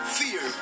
fear